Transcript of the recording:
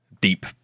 deep